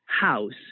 house